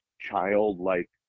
childlike